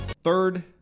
Third